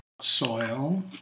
Soil